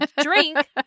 drink